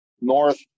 North